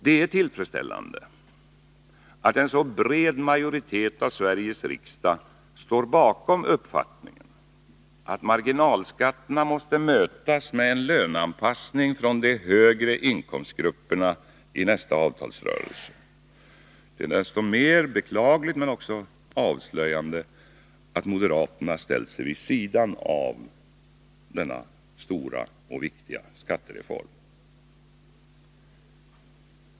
Det är tillfredsställande att en så bred majoritet av Sveriges riksdag står bakom uppfattningen att sänkningen av marginalskatterna måste mötas med en löneanpassning från de högre inkomstgruppernas sida i nästa avtalsrörelse. Det är desto mer beklagligt, men också avslöjande, att moderaterna ställt sig vid sidan av denna stora och viktiga skattereform.